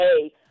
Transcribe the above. Hey